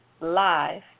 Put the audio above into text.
live